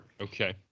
okay